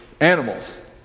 animals